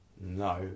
no